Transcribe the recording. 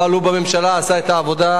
אבל הוא בממשלה עשה את העבודה.